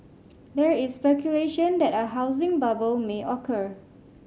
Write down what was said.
there is speculation that a housing bubble may occur